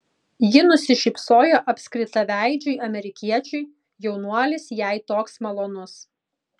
ji nusišypsojo apskritaveidžiui amerikiečiui jaunuolis jai toks malonus